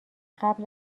قبل